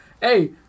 Hey